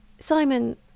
Simon